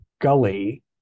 gully